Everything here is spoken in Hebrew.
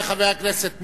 תודה רבה לחבר הכנסת מולה.